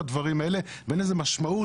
תיקנו את זה כבר היום, והוספנו משפטי או רפואי.